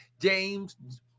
James